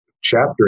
chapter